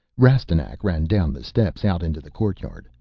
rastignac ran down the steps, out into the courtyard.